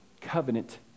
covenant